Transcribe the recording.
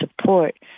support